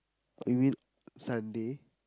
you mean Sunday